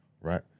right